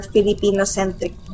Filipino-centric